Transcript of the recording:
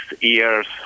year's